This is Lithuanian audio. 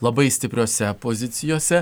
labai stipriose pozicijose